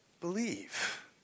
believe